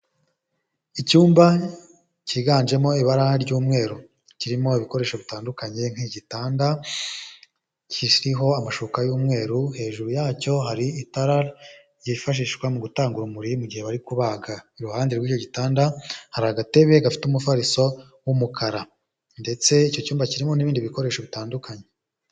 Icyumba, cyiganjemo ibara ry'umweru, kirimo ibikoresho bitandukanye, nk'igitanda, kiriho amashuka y'umweru hejuru yacyo hari itara ryifashishwa mu gutanga urumuri mu gihe bari kubaga, iruhande rw'icyo gitanda hari agatebe gafite umufariso w'umukara, ndetse icyo cyumba kirimo n'ibindi bikoresho bitandukanye.